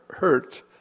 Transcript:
hurt